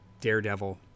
Daredevil